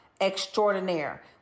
extraordinaire